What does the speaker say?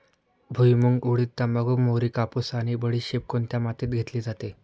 भुईमूग, उडीद, तंबाखू, मोहरी, कापूस आणि बडीशेप कोणत्या मातीत घेतली जाते?